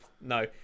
no